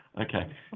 Okay